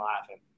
laughing